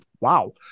wow